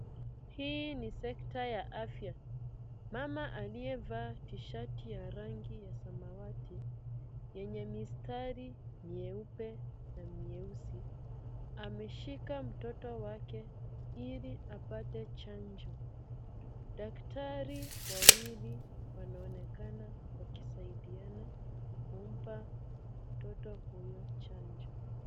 Hii ni sekta ya afya. Mama aliyevaa tishati ya rangi ya samawati, yenye mistari mieupe na mieusi, ameshika mtoto wake ili apate chanjo. Daktari wawili wanaonekana wakisaidiana kumpa mtoto huyo chanjo.